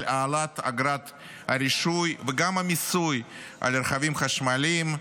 על העלאת אגרות הרישוי וגם המיסוי על רכבים חשמליים,